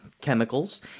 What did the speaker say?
chemicals